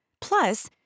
Plus